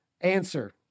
Answer